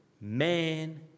man